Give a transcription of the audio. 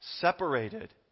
separated